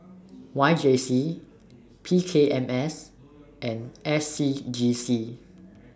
Y J C P K M S and S C G C